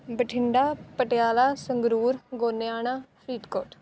Bathinda Patiala Sangrur Goniana Faridkot